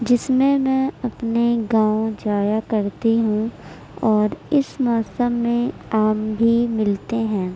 جس میں میں اپنے گاؤں جایا کرتی ہوں اور اس موسم میں آم بھی ملتے ہیں